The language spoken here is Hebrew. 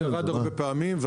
הוא ירד הרבה פעמים.